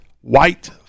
white